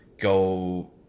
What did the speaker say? go